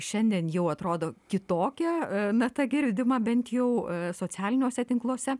šiandien jau atrodo kitokia nata girdima bent jau socialiniuose tinkluose